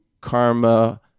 karma